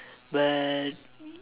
but